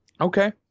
Okay